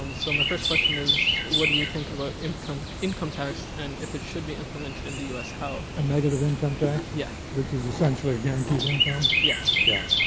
um so my first question is, what do you think about ah income income tax and if it should be implemented in the us, how? a negative income tax? yeah. which is essentially a guaranteed income? yeah. yeah.